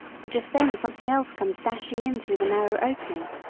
but just then something else comes dashing in through the narrow opening,